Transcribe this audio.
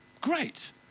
great